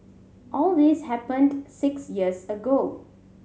all this happened six years ago